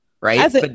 right